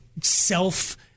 self